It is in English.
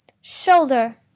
Shoulder